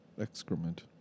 excrement